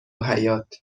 حباط